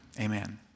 amen